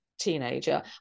teenager